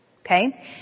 Okay